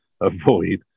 avoid